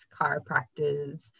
chiropractors